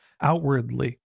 outwardly